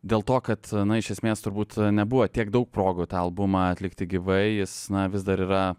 dėl to kad iš esmės turbūt nebuvo tiek daug progų tą albumą atlikti gyvai jis vis dar yra